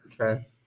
Okay